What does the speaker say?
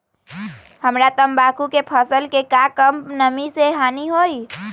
हमरा तंबाकू के फसल के का कम नमी से हानि होई?